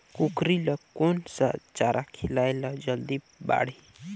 कूकरी ल कोन सा चारा खिलाय ल जल्दी बाड़ही?